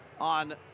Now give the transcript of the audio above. on